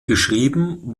geschrieben